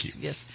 Yes